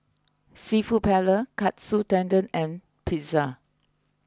Seafood Paella Katsu Tendon and Pizza